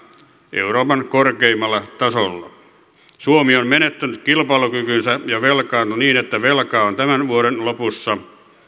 euroopan korkeimmalla tasolla suomi on menettänyt kilpailukykynsä ja velkaantunut niin että velkaa on tämän vuoden lopussa